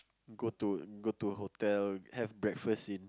go to go to hotel have breakfast in